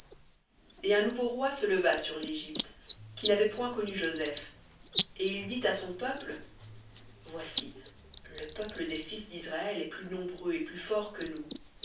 et un nouveau roi se leva sur l'égypte qui n'avait point connu joseph et il dit à son peuple voici le peuple des fils d'israël est plus nombreux et plus fort que nous